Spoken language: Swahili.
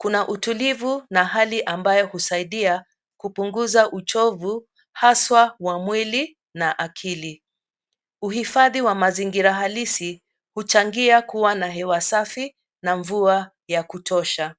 kuna utulivu na hali ambayo husaidia kupunguza uchovu haswa wa mwili na akili. Uhifadhi wa mazingira halisi huchangia kuwa na hewa safi na mvua ya kutosha.